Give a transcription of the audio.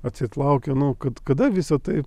atseit laukia nu kad kada visa tai